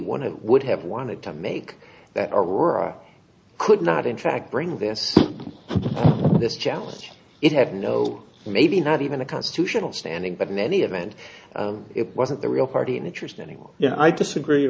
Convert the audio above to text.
want to would have wanted to make that aurora could not in fact bring this this challenge it had no maybe not even a constitutional standing but in any event it wasn't the real party in interest anymore yeah i disagree